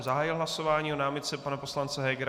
Zahájil jsem hlasování o námitce pana poslance Hegera.